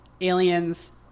aliens